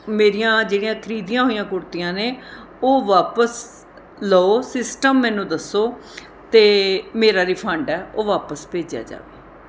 ਮੇਰੀਆਂ ਜਿਹੜੀਆਂ ਖਰੀਦੀਆਂ ਹੋਈਆਂ ਕੁੜਤੀਆਂ ਨੇ ਉਹ ਵਾਪਸ ਲਉ ਸਿਸਟਮ ਮੈਨੂੰ ਦੱਸੋ ਅਤੇ ਮੇਰਾ ਰਿਫੰਡ ਹੈ ਉਹ ਵਾਪਸ ਭੇਜਿਆ ਜਾਵੇ